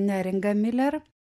neringa miler